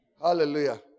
Hallelujah